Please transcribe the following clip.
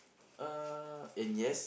uh and yes